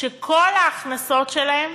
שכל ההכנסות שלהם